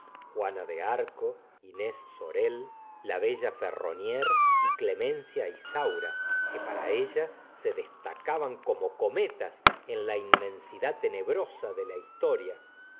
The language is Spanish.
juana de arco inés sorel la bella ferroniere y clemencia isaura que para ella se destacaban como cometas en la inmensidad tenebrosa de la historia